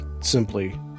simply